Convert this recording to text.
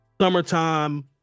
summertime